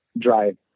drive